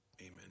amen